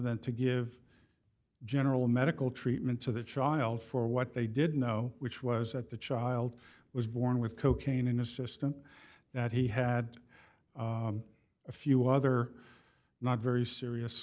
than to give general medical treatment to the child for what they did know which was that the child was born with cocaine in the system that he had a few other not very serious